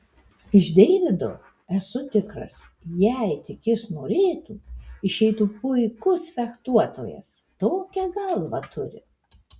iš deivido esu tikras jei tik jis norėtų išeitų puikus fechtuotojas tokią galvą turi